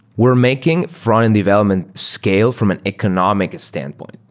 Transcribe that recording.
we're making frontend development scale from an economic standpoint.